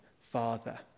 father